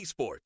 eSports